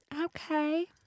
Okay